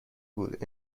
بود